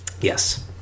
Yes